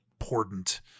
important